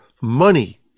money